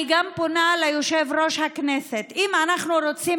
אני פונה גם ליושב-ראש הכנסת: אם אנחנו רוצים